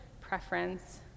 preference